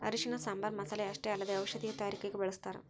ಅರಿಶಿಣನ ಸಾಂಬಾರ್ ಮಸಾಲೆ ಅಷ್ಟೇ ಅಲ್ಲದೆ ಔಷಧೇಯ ತಯಾರಿಕಗ ಬಳಸ್ಥಾರ